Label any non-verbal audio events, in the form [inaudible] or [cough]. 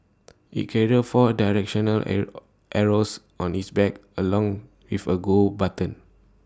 IT carrier four directional [hesitation] arrows on its back along with A go button